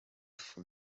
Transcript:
for